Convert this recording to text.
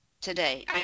today